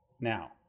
now